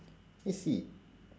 I see